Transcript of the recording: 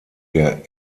der